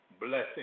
Blessing